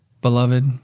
Beloved